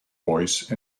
voice